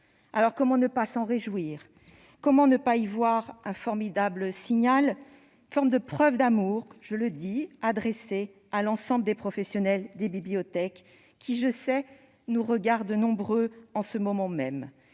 matin. Comment ne pas s'en réjouir ? Comment ne pas y voir un formidable signal, une sorte de preuve d'amour-je le dis ! -adressée à l'ensemble des professionnels des bibliothèques, qui, je le sais, nous regardent nombreux en ce moment même ?